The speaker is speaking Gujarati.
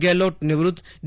ગેલોટ નિવૃત ડી